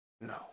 No